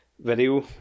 video